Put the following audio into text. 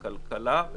בכלכלה,